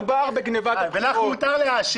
לך מותר להאשים.